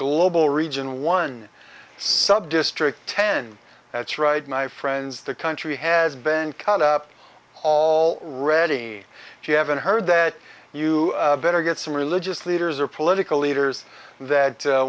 global region one subdistrict ten that's right my friends the country has been cut up all ready if you haven't heard that you better get some religious leaders or political leaders that